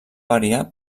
variar